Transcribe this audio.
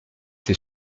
ses